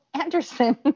Anderson